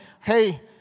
hey